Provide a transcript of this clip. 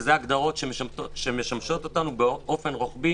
זה ההגדרות שמשמשות אותנו באופן רוחבי